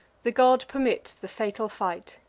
the god permits the fatal fight,